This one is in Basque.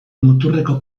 muturreko